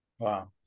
Wow